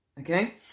okay